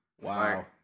Wow